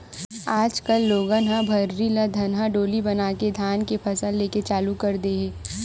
आज कल लोगन ह भर्री ल धनहा डोली बनाके धान के फसल लेके चालू कर दे हे